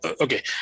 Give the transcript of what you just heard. Okay